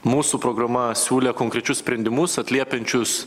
mūsų programa siūlė konkrečius sprendimus atliepiančius